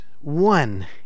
one